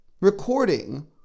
recording